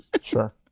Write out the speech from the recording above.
Sure